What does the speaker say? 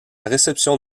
réception